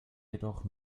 jedoch